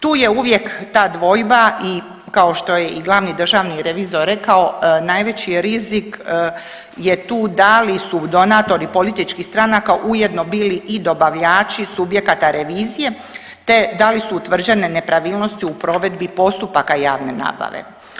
Tu je uvijek ta dvojba i kao što je i glavni državni revizor rekao najveći je rizik je tu da li su donatori političkih stranaka ujedno bili i dobavljači subjekata revizije, te da li su utvrđene nepravilnosti u provedbi postupaka javne nabave.